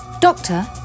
Doctor